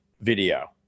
video